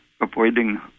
avoiding